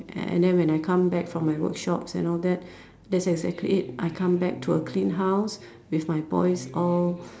and then when I come back from my workshops and all that that's exactly it I come back to a clean house with my boys all